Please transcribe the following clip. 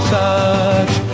touch